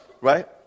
right